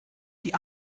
die